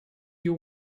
you